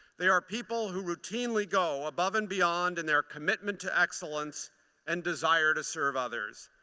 they are people who routinely go above and beyond in their commitment to excellence and desire to serve others.